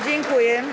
Dziękuję.